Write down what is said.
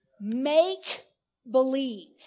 Make-believe